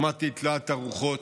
שמעתי את להט הרוחות,